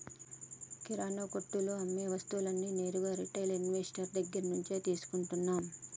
కిరణా కొట్టులో అమ్మే వస్తువులన్నీ నేరుగా రిటైల్ ఇన్వెస్టర్ దగ్గర్నుంచే తీసుకుంటన్నం